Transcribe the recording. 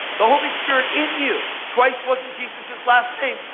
the holy spirit in you. christ was jesus' last name,